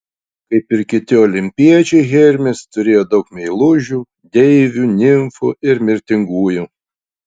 kaip ir kiti olimpiečiai hermis turėjo daug meilužių deivių nimfų ir mirtingųjų